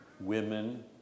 women